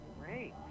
Great